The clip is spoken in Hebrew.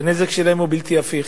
שהנזק שנגרם להם הוא בלתי הפיך.